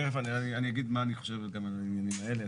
תכף אני אגיד מה אני חושב על העניינים האלה.